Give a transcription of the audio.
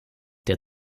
der